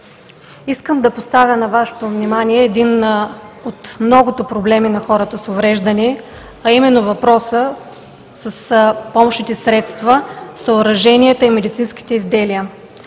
Искам да поставя на Вашето внимание един от многото проблеми на хората с увреждане, а именно въпроса с помощните средства, съоръженията и медицинските изделия,